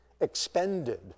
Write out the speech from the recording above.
expended